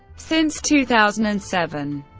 since two thousand and seven,